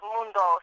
Mundo